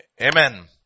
Amen